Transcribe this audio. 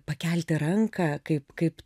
pakelti ranką kaip kaip